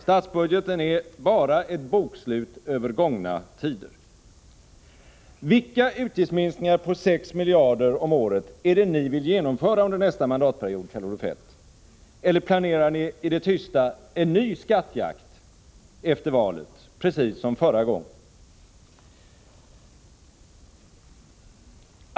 Statsbudgeten är bara ett bokslut över gångna tider. Vilka utgiftsminskningar på 6 miljarder om året är det som ni vill genomföra under nästa mandatperiod, Kjell-Olof Feldt? Eller planerar ni i det tysta en ny skattjakt efter valet, precis som förra gången?